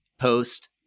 post